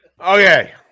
Okay